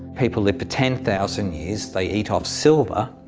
people live for ten thousand year, they eat of silver.